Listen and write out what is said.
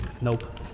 Nope